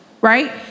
right